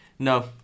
No